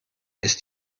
ist